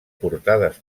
portades